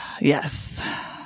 Yes